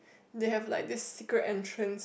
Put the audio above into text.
they have like this secret entrance